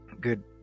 good